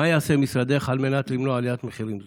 מה יעשה משרדך על מנת למנוע עליית מחירים זו?